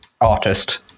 artist